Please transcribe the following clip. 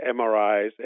MRIs